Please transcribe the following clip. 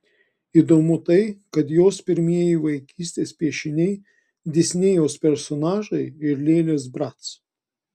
įdomu tai kad jos pirmieji vaikystės piešiniai disnėjaus personažai ir lėlės brac